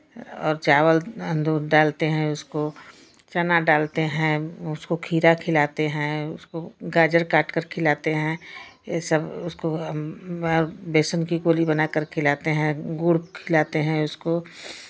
और चावल दूध डालते हैं उसको चना डालते हैं उसको खीरा खिलाते हैं उसको गाजर काट कर खिलाते हैं ये सब उसको बेसन की गोली बनाकर खिलाते हैं गुड़ खिलाते हैं उसको